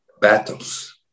battles